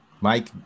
Mike